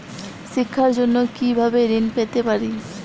শিক্ষার জন্য কি ভাবে ঋণ পেতে পারি?